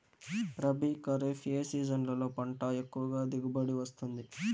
రబీ, ఖరీఫ్ ఏ సీజన్లలో పంట ఎక్కువగా దిగుబడి వస్తుంది